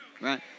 right